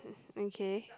okay